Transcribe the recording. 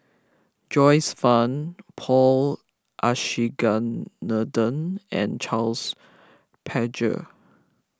Joyce Fan Paul Abisheganaden and Charles Paglar